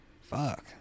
Fuck